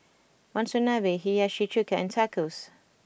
Monsunabe Hiyashi Chuka and Tacos